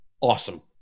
awesome